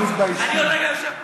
אני עוד רגע יושב פה.